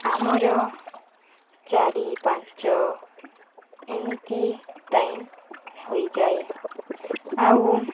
ଆମର ଚାରି ପାଞ୍ଚ ଏମିତି ଟାଇମ୍ ହୋଇଯାଏ ଆଉ